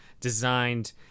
designed